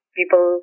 people